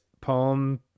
poem